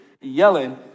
yelling